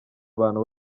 abantu